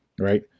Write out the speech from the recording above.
right